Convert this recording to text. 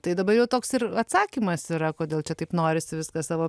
tai dabar jau toks ir atsakymas yra kodėl čia taip norisi viską savo